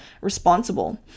responsible